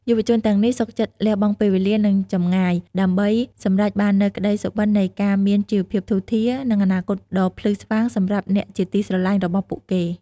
យុវជនទាំងនេះសុខចិត្តលះបង់ពេលវេលា និងចម្ងាយ ដើម្បីសម្រេចបាននូវក្តីសុបិននៃការមានជីវភាពធូរធារ និងអនាគតដ៏ភ្លឺស្វាងសម្រាប់អ្នកជាទីស្រលាញ់របស់ពួកគេ។